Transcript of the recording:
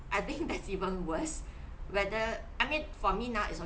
I think that's even worse whether I mean for me now it's